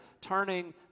turning